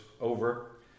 over